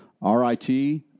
RIT